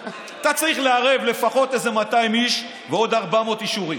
אתה צריך לערב לפחות איזה 200 איש ועוד 400 אישורים.